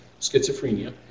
schizophrenia